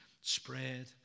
spread